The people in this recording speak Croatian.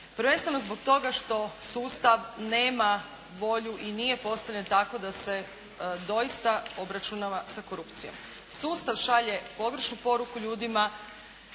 prvenstveno zbog toga što sustav nema volju i nije postavljen tako da se doista obračunava sa korupcijom. Sustav šalje pogrešnu poruku ljudima,